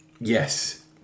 Yes